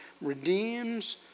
redeems